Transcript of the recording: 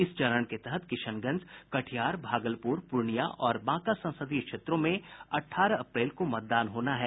इस चरण के तहत किशनगंज कटिहार भागलपुर पूर्णिया और बांका संसदीय क्षेत्रों में अठारह अप्रैल को मतदान होना है